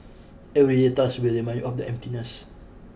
every daily task will remind you of the emptiness